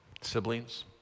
siblings